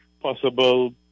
possible